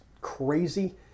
crazy